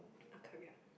on career